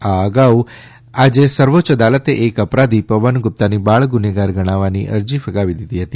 આ અગાઉ આજે સર્વોચ્ય અદાલતે એક અપરાધી પવન ગુપ્તાની બાળ ગુનેગાર ગણવાની અરજી ફગાવી દીધી હતી